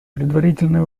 предварительные